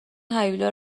هیولا